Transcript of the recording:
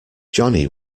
johnny